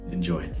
Enjoy